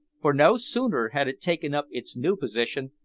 for no sooner had it taken up its new position,